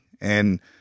And-